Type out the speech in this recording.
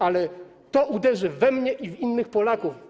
Ale to uderzy we mnie i w innych Polaków.